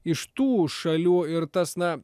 iš tų šalių ir tas na